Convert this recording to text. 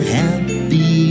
happy